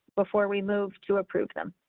before we move to approve them.